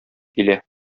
килә